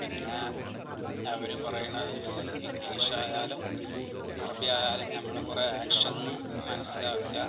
പിന്നെ അവര് പറയുന്നതും ഇംഗ്ലീഷായാലും അറബിയായാലും നമ്മള് കുറേ ആക്ഷൻന്ന് മനസ്സിലാക്കുക